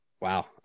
Wow